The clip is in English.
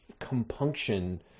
compunction